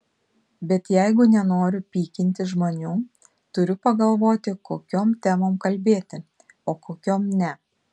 bet jeigu nenoriu pykinti žmonių turiu pagalvoti kokiom temom kalbėti o kokiom ne